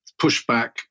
pushback